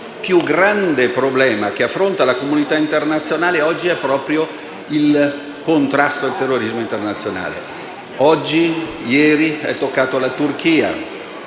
il più grande problema che affronta oggi la comunità internazionale è proprio il contrasto al terrorismo internazionale. Ieri è toccato alla Turchia,